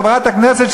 חברת הכנסת,